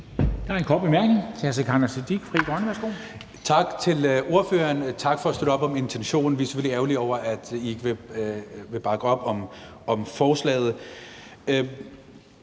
Sikandar Siddique (FG): Tak til ordføreren, og tak for at støtte op om intentionen, vi er selvfølgelig ærgerlige over, at I ikke vil bakke op om forslaget.